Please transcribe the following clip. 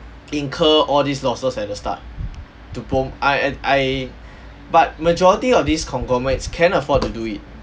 incur all these losses at the start to prom~ I and I but majority of these conglomerates can afford to do it